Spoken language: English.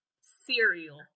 cereal